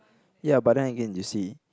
ya but then again you see